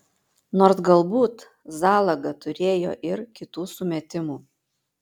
nors galbūt zalaga turėjo ir kitų sumetimų